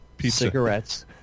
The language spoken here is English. cigarettes